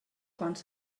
quants